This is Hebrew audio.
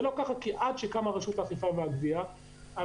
זה לא ככה כי עד שקמה רשות האכיפה והגבייה המדינה